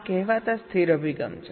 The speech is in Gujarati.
આ કહેવાતા સ્થિર અભિગમ છે